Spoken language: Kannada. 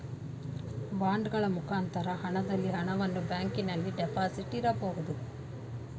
ಬಾಂಡಗಳ ಮುಖಾಂತರ ಹಣದಲ್ಲಿ ಹಣವನ್ನು ಬ್ಯಾಂಕಿನಲ್ಲಿ ಡೆಪಾಸಿಟ್ ಇರಬಹುದು